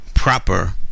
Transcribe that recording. proper